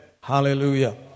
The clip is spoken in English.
Hallelujah